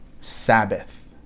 Sabbath